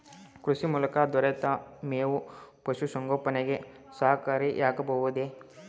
ಕೃಷಿ ಮೂಲಕ ದೊರೆತ ಮೇವು ಪಶುಸಂಗೋಪನೆಗೆ ಸಹಕಾರಿಯಾಗಬಹುದೇ?